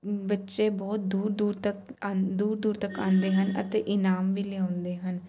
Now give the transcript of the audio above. ਬੱਚੇ ਬਹੁਤ ਦੂਰ ਦੂਰ ਤੱਕ ਆਦ ਦੂਰ ਦੂਰ ਤੱਕ ਆਉਂਦੇ ਹਨ ਅਤੇ ਇਨਾਮ ਵੀ ਲਿਆਉਂਦੇ ਹਨ